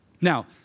Now